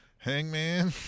Hangman